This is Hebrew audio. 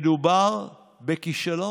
מדובר בכישלון.